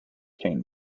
cane